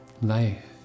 Life